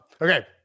Okay